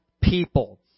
people